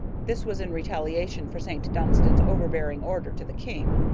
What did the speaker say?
this was in retaliation for st. dunstan's overbearing order to the king.